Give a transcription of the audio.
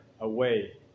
away